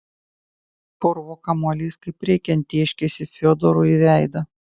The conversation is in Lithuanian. purvo kamuolys kaip reikiant tėškėsi fiodorui į veidą